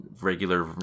regular